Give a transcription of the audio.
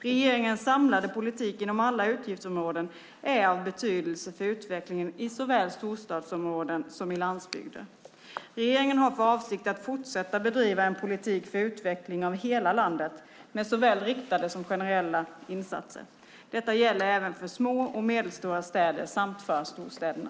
Regeringens samlade politik inom alla utgiftsområden är av betydelse för utvecklingen i såväl storstadsområden som landsbygder. Regeringen har för avsikt att fortsätta bedriva en politik för utveckling av hela landet, med såväl riktade som generella insatser. Detta gäller även för små och medelstora städer samt för storstäderna.